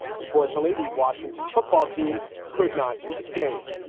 unfortunately, the washington football team could not do the same.